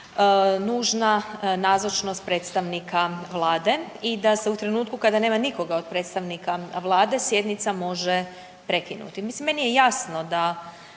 zakona nužna nazočnost predstavnika Vlade i da se u trenutku kada nema nikoga od predstavnika Vlade sjednica može prekinuti.